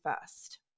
first